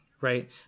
right